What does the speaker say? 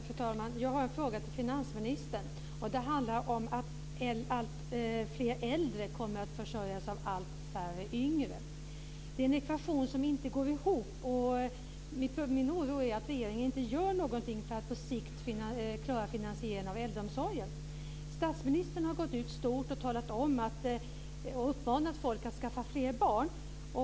Fru talman! Jag har en fråga till finansministern. Det handlar om att alltfler äldre kommer att försörjas av allt färre yngre. Det är en ekvation som inte går ihop. Min oro är att regeringen inte gör någonting för att på sikt klara finansieringen av äldreomsorgen. Statsministern har gått ut stort och uppmanat folk att skaffa fler barn.